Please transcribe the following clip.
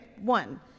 one